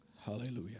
Hallelujah